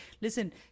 Listen